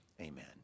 Amen